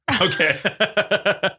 Okay